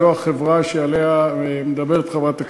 זו החברה שעליה מדברת חברת הכנסת,